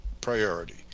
priority